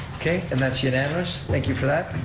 okay, and that's unanimous, thank you for that.